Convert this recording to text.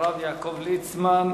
הרב יעקב ליצמן,